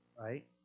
right